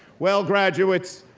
well, graduates,